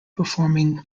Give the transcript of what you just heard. performing